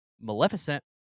Maleficent